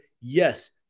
Yes